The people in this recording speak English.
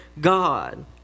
God